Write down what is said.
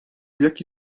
jaki